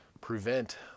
prevent